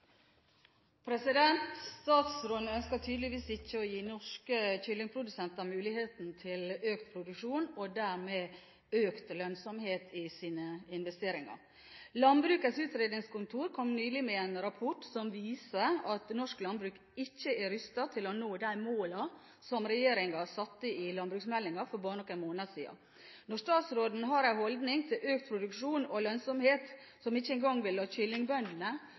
Nørve. Statsråden ønsker tydeligvis ikke å gi norske kyllingprodusenter muligheten til økt produksjon og dermed økt lønnsomhet i sine investeringer. Landbrukets Utredningskontor kom nylig med en rapport som viser at norsk landbruk ikke er rustet til å nå de målene som regjeringen satte i landbruksmeldingen for bare noen måneder siden. Når statsråden har en slik holdning til økt produksjon og lønnsomhet og ikke engang vil